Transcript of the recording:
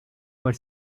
where